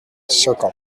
circle